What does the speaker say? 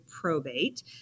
probate